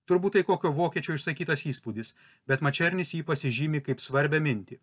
turbūt tai kokio vokiečio išsakytas įspūdis bet mačernis jį pasižymi kaip svarbią mintį